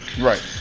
Right